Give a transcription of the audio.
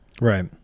Right